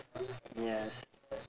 yes